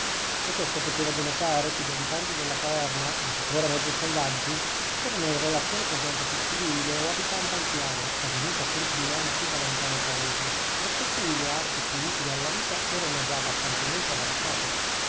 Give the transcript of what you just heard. e questo poteva denotare che gli abitanti della caverna ancora mezzo selvaggi erano in relazione con gente più civile o abitante al piano o venuta pur dianzi da lontano paese presso cui le arti più utili alla vita erano già bastantemente avanzate